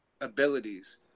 abilities